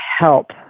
help